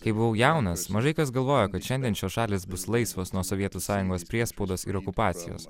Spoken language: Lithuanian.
kai buvau jaunas mažai kas galvojo kad šiandien šios šalys bus laisvos nuo sovietų sąjungos priespaudos ir okupacijos